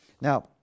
Now